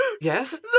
Yes